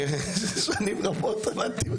שנים רבות עבדתי.